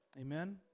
Amen